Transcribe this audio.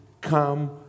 come